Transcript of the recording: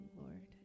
Lord